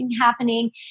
happening